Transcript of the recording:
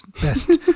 Best